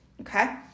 okay